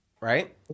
right